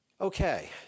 Okay